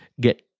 get